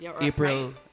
April